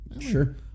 Sure